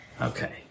Okay